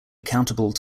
accountable